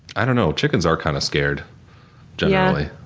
i don't know. chickens are kind of scared generally.